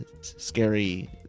scary